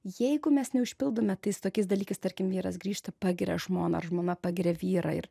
jeigu mes neužpildome tais tokiais dalykais tarkim vyras grįžta pagiria žmoną ar žmona pagiria vyrą ir